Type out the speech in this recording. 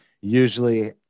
usually